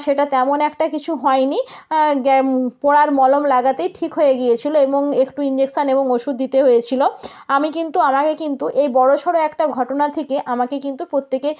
সেটা তেমন একটা কিছু হয়নি পোড়ার মলম লাগাতেই ঠিক হয়ে গিয়েছিল এবং একটু ইঞ্জেকশান এবং ওষুধ দিতে হয়েছিল আমি কিন্তু আমাকে কিন্তু এই বড়সড় একটা ঘটনা থেকে আমাকে কিন্তু প্রত্যেকে